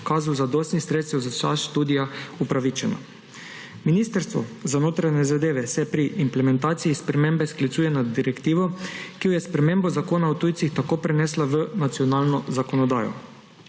izkazu zadostnih sredstev za čas študija upravičeno. Ministrstvo z a notranje zadeve se je pri implementaciji spremembe sklicuje na direktivo, ki jo je sprememba Zakona o tujcih tako prenesla v nacionalno zakonodajo,